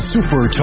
Super